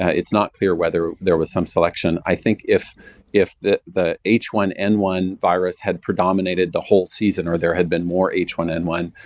it's not clear whether there was some selection. i think if if the the h one n one virus had predominated the whole season or there had been more h one n one,